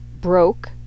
broke